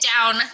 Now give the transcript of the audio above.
down